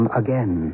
again